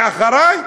ואחרי,